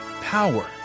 power